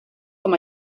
com